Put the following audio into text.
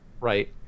right